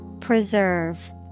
Preserve